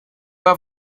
war